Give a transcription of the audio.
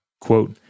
Quote